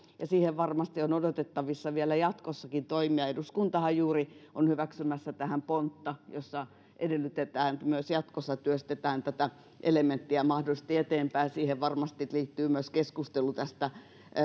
siihen varmasti on odotettavissa vielä jatkossakin toimia eduskuntahan juuri on hyväksymässä tähän pontta jossa edellytetään että myös jatkossa työstetään tätä elementtiä mahdollisesti eteenpäin ja siihen varmasti liittyy myös keskustelu tästä